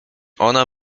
ona